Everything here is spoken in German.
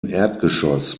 erdgeschoss